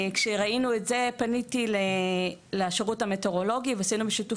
כשראינו את זה פניתי לשירות המטאורולוגי ועשינו בשיתוף